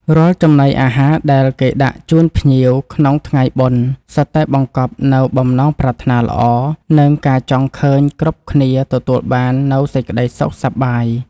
រាល់ចំណីអាហារដែលគេដាក់ជូនភ្ញៀវក្នុងថ្ងៃបុណ្យ សុទ្ធតែបង្កប់នូវបំណងប្រាថ្នាល្អ និងការចង់ឃើញគ្រប់គ្នាទទួលបាននូវសេចក្តីសុខសប្បាយ។